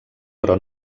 però